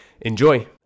Enjoy